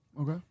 Okay